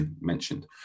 Mentioned